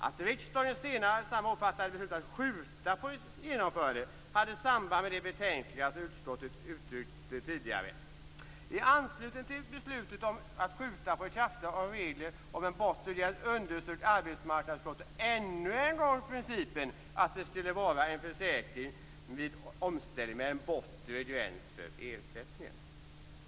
Att riksdagen senare samma år fattade beslut om att skjuta på genomförandet hade samband med de betänkligheter som utskottet uttryckt redan i det nyssnämnda yttrandet - I anslutning till beslutet om att skjuta på ikraftträdandet av regler om en bortre gräns underströk arbetsmarknadsutskottet ännu en gång principen om att det skall vara en försäkring vid omställning med en bortre gräns för ersättningen.